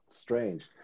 strange